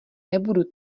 nebudu